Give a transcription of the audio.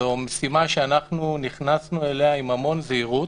זו משימה שנכנסנו אליה עם המון זהירות,